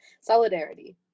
Solidarity